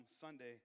Sunday